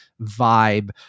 vibe